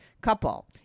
couple